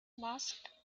mask